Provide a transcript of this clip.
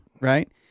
Right